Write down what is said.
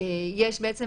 יש בעצם